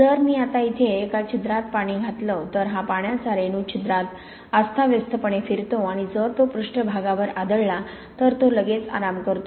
जर मी आता इथे एका छिद्रात पाणी घातलं तर हा पाण्याचा रेणू छिद्रात आस्थाव्यस्थपणे फिरतो आणि जर तो पृष्ठभागावर आदळला तर तो लगेच आराम करतो